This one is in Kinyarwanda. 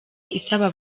isaba